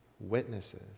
witnesses